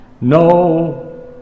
No